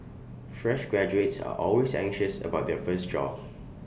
fresh graduates are always anxious about their first job